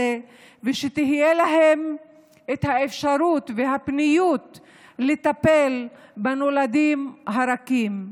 ושתהיה להן את האפשרות והפניות לטפל בנולדים הרכים.